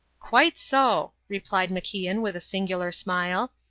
quite so, replied macian with a singular smile.